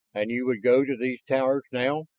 and you would go to these towers now?